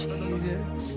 Jesus